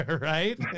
right